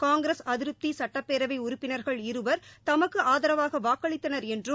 காங்கிரஸ் அதிருப்தி சட்டப்பேரவை உறுப்பினர்கள் இருவர் தமக்கு ஆதரவாக வாக்களித்தனர் என்றும்